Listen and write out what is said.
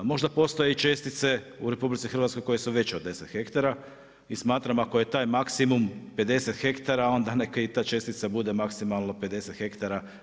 Možda postoje i čestice u RH koje su veće od 10 hektara i smatram ako je taj maksimum 50 hektara onda neka i ta čestica bude maksimalno 50 hektara.